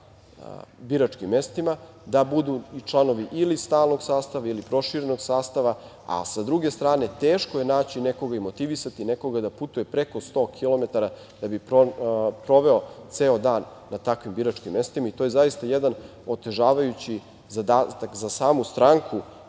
na biračkim mestima, da budu i članovi ili stalnog sastava ili proširenog sastava, a sa druge strane, teško je naći nekoga i motivisati nekoga da putuje preko 100 kilometara da bi proveo ceo dan na takvim biračkim mestima. To je zaista jedan otežavajući zadatak za samu stranku